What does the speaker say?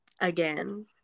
again